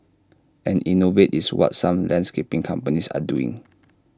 and innovate is what some landscaping companies are doing